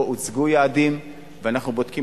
או הוצגו יעדים ואנחנו בודקים.